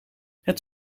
het